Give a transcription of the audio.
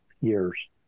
years